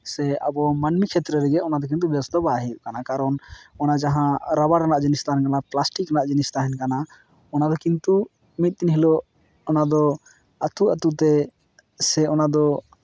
ᱥᱮ ᱟᱵᱚ ᱢᱟᱹᱱᱢᱤ ᱠᱷᱮᱛᱨᱮ ᱨᱮᱜᱮ ᱚᱱᱟᱫᱚ ᱠᱤᱱᱛᱩ ᱵᱮᱥ ᱫᱚ ᱵᱟᱭ ᱦᱩᱭᱩᱜ ᱠᱟᱱᱟ ᱠᱟᱨᱚᱱ ᱚᱱᱟ ᱡᱟᱦᱟᱸ ᱨᱟᱵᱟᱨ ᱨᱮᱱᱟᱜ ᱡᱤᱱᱤᱥ ᱛᱟᱦᱮᱱ ᱠᱟᱱᱟ ᱯᱞᱟᱥᱴᱤᱠ ᱨᱮᱭᱟᱜ ᱡᱤᱱᱤᱥ ᱛᱟᱦᱮᱱ ᱠᱟᱱᱟ ᱚᱱᱟᱫᱚ ᱠᱤᱱᱛᱩ ᱢᱤᱫ ᱫᱤᱱ ᱦᱤᱞᱳᱜ ᱚᱱᱟᱫᱚ ᱟᱹᱛᱩ ᱟᱹᱛᱩ ᱛᱮ ᱥᱮ ᱚᱱᱟᱫᱚ